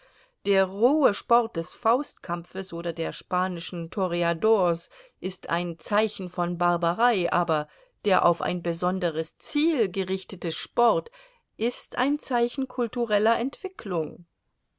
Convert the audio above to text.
der rohe sport des faustkampfes oder der spanischen toreadors ist ein zeichen von barbarei aber der auf ein besonderes ziel gerichtete sport ist ein zeichen kultureller entwicklung